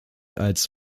als